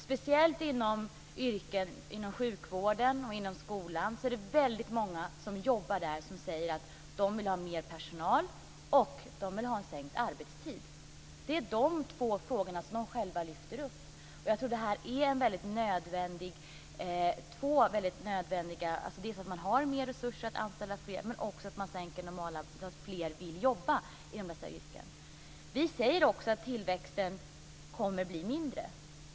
Speciellt bland dem som jobbar inom sjukvården och skolan är det väldigt många som säger att de vill ha mer personal och sänkt arbetstid. Det är de två frågorna de själva lyfter upp. Jag tror att det här är två väldigt nödvändiga saker: dels att man har mer resurser och kan anställa fler, dels att man sänker normalarbetstiden så att fler vill jobba inom dessa yrken. Vi säger också att tillväxten kommer att bli mindre.